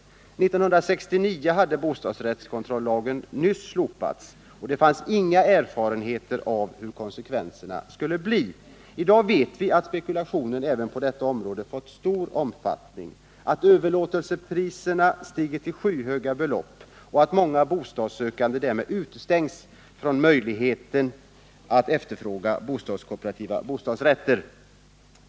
1969 hade bostadsrättskontrollagen nyss slopats, och det fanns inga erfarenheter av hur konsekvenserna skulle bli. I dag vet vi att spekulationen även på detta område har fått stor omfattning, att överlåtelsepriserna har stigit till skyhöga belopp och att många bostadssökande därmed utestängs från möjligheterna att efterfråga bostadskooperativa bostadsrätter.